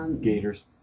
Gators